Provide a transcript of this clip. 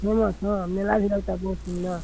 famous हाँ मेला भी लगता है बहुत सुन्दर